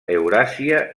euràsia